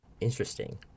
Interesting